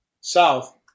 south